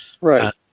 Right